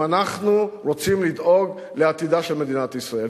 אם אנחנו רוצים לדאוג לעתידה של מדינת ישראל.